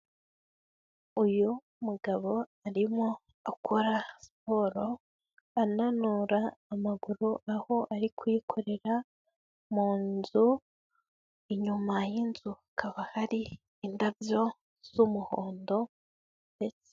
Uyu mugabo arimo akora siporo ananura amaguru aho ari kuyikorera mu nzu, inyuma y'inzu hakaba hari indabyo z'umuhondo ndetse.